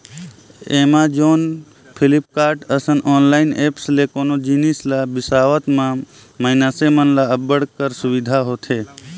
Amazon, Flipkart, असन online apps ले कोनो जिनिस ल बिसावत म मइनसे मन ल अब्बड़ कर सुबिधा होथे